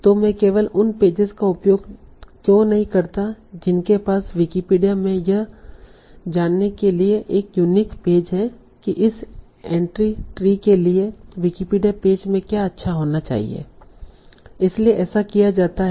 तो मैं केवल उन पेजेज का उपयोग क्यों नहीं करता जिनके पास विकिपीडिया में यह जानने के लिए एक यूनिक पेज है कि इस एंट्री ट्री के लिए विकिपीडिया पेज में क्या अच्छा होना चाहिए इसलिए ऐसा किया जाता है